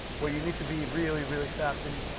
where you need to be really really fast and